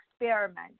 experiment